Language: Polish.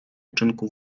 uczynku